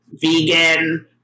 Vegan